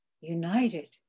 united